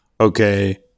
okay